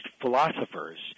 philosophers